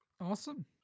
awesome